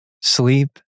Sleep